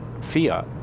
fiat